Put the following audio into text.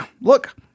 look